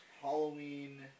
Halloween